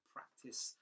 Practice